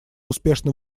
успешно